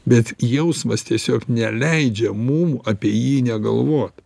bet jausmas tiesiog neleidžia mum apie jį negalvot